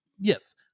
Yes